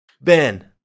ben